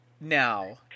now